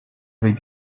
avec